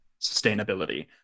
sustainability